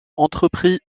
entrepris